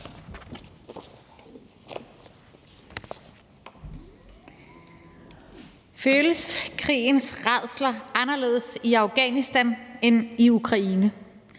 Føles krigens rædsler anderledes i Afghanistan end i Ukraine?